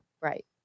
Right